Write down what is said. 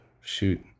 shoot